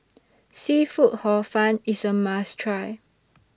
Seafood Hor Fun IS A must Try